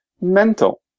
mental